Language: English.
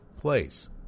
place